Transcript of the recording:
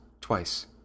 twice